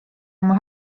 oma